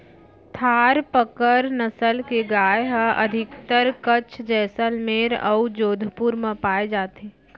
थारपकर नसल के गाय ह अधिकतर कच्छ, जैसलमेर अउ जोधपुर म पाए जाथे